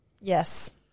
Yes